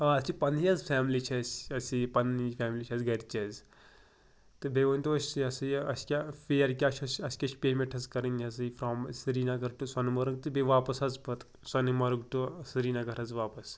آ اَسہِ چھِ پَننی حظ فیملی چھِ اَسہِ اَسہِ یہِ پَننے فیملی چھِ اَسہِ گَرِچ حظ تہٕ بیٚیہِ ؤنۍ تو اسہِ یہِ ہَسا یہِ اَسہِ کیاہ فیرٕ کیاہ چھِ اَسہ اَسہِ کیاہ چھِ پیمینٛٹ حظ کَرٕنۍ یہِ ہَسا یہِ from Srinagar to Sonamarg تہٕ بیٚیہِ واپَس حظ پَتہٕ سۄنہٕ مَرگ ٹُو سرینَگر حظ واپَس